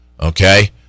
Okay